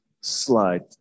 slide